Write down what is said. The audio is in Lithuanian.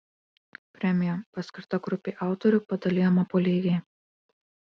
premija paskirta grupei autorių padalijama po lygiai